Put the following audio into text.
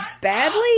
badly